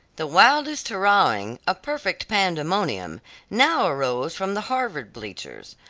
the wildest hurrahing a perfect pandemonium now arose from the harvard bleachers.